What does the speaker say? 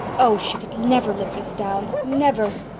oh, she could never live this down never!